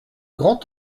grand